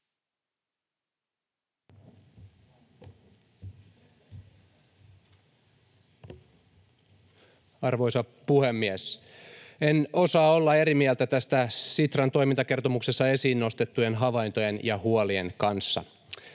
Arvoisa puhemies! En osaa olla eri mieltä tässä Sitran toimintakertomuksessa esiin nostettujen havaintojen ja huolien kanssa.